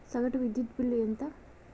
సగటు విద్యుత్ బిల్లు ఎంత?